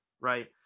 right